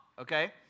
okay